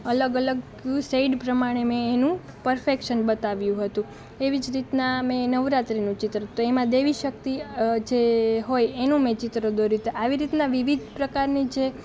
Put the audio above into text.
અલગ અલગ સેઈડ પ્રમાણે મેં એનું પરફેક્શન બતાવ્યું હતું એવી જ રીતના મેં નવરાત્રિનું ચિત્ર તો એમાં દેવી શક્તિ જે હોય એનું મેં ચિત્ર દોર્યું હતું આવી રીતના વિવિધ પ્રકારની જે